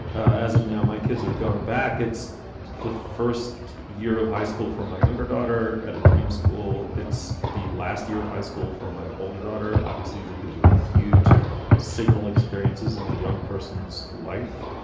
as of now, my kids are going back, it's the first year of high school for my younger daughter at a dream school. it's the last year of high school for my older daughter. obviously, that gives a huge signal experiences in a young person's life.